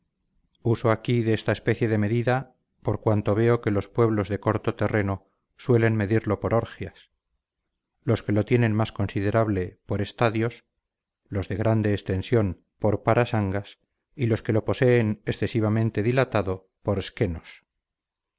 uso aquí de esta especie de medida por cuanto veo que los pueblos de corto terreno suelen medirlo por orgias los que lo tienen más considerable por estadíos los de grande extensión por parasangas y los que lo poseen excesivamente dilatado por schenos